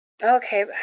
Okay